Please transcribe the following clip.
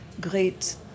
great